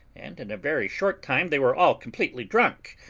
and in a very short time they were all completely drunk,